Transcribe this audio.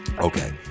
Okay